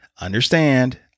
Understand